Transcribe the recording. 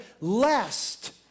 lest